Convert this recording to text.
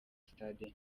stade